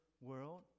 world